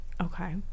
okay